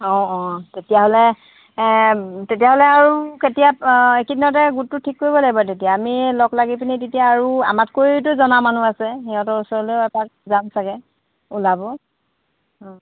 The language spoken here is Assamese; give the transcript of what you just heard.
অঁ অঁ তেতিয়াহ'লে তেতিয়াহ'লে আৰু কেতিয়া একেইদিনতে গোটটো ঠিক কৰিব লাগিব তেতিয়া আমি লগ লাগি পিনি তেতিয়া আৰু আমাতকৈওতো জনা মানুহ আছে সিহঁতৰ ওচৰলৈও এপাক যাম ছাগৈ ওলাব অঁ